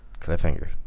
Cliffhanger